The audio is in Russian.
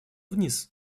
вниз